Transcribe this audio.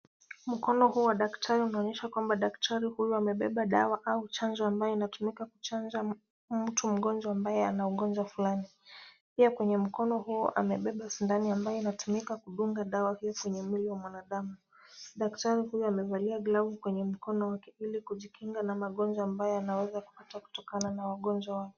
Mkono huu wa daktari unaonyesha kwamba daktari huyu amebeba dawa au chanjo inayotumika kuchanja mtu mgonjwa ambaye ana ugonjwa fulani. Pia kwenye mkono huo amebeba sindano ambayo inatumika kudunga dawa hii kwenye mwili wa mwanadamu. Daktari huyu amevalia glavu kwenye mkono wake ili kujikinga na magonjwa ambayo anaeza pata kutokana na wagonjwa wao.